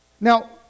Now